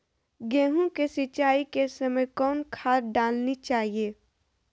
गेंहू के सिंचाई के समय कौन खाद डालनी चाइये?